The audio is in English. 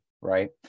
Right